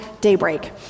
Daybreak